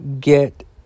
get